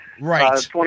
Right